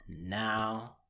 now